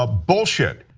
ah bullshit.